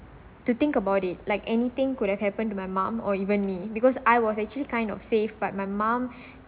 to think about it like anything could have happened to my mom or even me because I was actually kind of safe but my mom